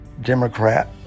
Democrat